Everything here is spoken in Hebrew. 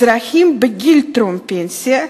אזרחים בגיל טרום-פנסיה,